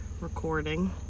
recording